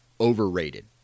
overrated